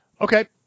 Okay